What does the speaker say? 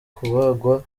kubagwa